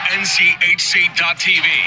nchc.tv